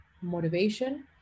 motivation